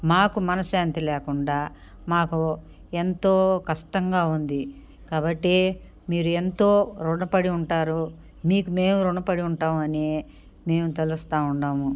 మాకు మనశ్శాంతి లేకుండా మాకు ఎంతో కష్టంగా ఉంది కాబట్టి మీరు ఎంతో రుణపడి ఉంటారు మీకు మేము రుణపడి ఉంటామని మేము తలుస్తావున్నాము